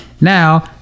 now